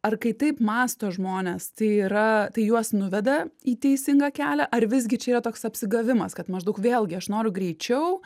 ar kai taip mąsto žmonės tai yra tai juos nuveda į teisingą kelią ar visgi čia yra toks apsigavimas kad maždaug vėlgi aš noriu greičiau